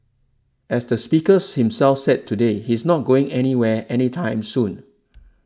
as the speakers himself said today he's not going anywhere any time soon